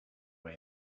way